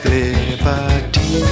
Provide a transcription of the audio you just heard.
liberty